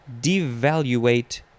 devaluate